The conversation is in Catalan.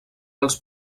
els